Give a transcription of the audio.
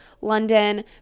London